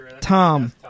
Tom